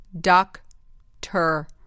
Doctor